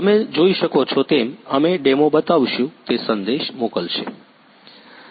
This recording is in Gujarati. તમે જોઈ શકો છો તેમ અમે ડેમો બતાવીશું તે સંદેશ મોકલશે